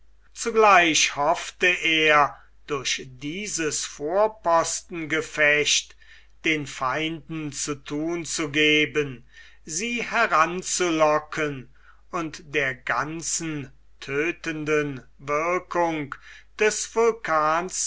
zugleich hoffte er durch dieses vorpostengefecht den feinden zu thun zu geben sie heranzulocken und der ganzen tödtenden wirkung des vulkans